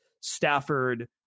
Stafford